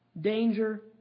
danger